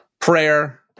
Prayer